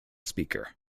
speaker